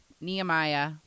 Nehemiah